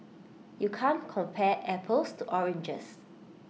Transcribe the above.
you can't compare apples to oranges